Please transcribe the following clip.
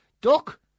Duck